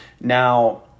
Now